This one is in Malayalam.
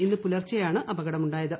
ഇന്ന് പുലർച്ചെയാണ് അപകടമുണ്ടായത്